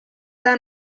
eta